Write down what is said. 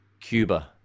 Cuba